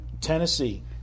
Tennessee